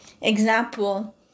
Example